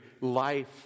life